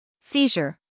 seizure